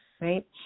right